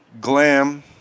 glam